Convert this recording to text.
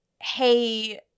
hey